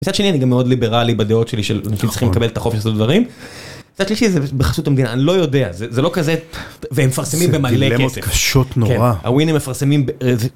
מצד שני אני גם מאוד ליברלי בדעות שלי של אתם צריכים לקבל את החופש לעשות דברים. מצד שלישי זה בחסות המדינה אני לא יודע זה זה לא כזה והם מפרסמים במלא כסף. דילמות קשות נורא, הווינר מפרסמים ב..